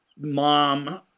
mom